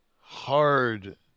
hard